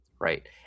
Right